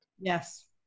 Yes